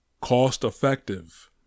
cost-effective